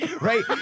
right